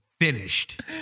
finished